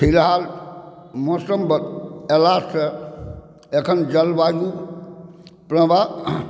फ़िलहाल मौसम बदललासॅं अखन जलवायु प्रभा